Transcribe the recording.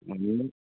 माने